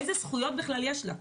איזה זכויות בכלל יש לה,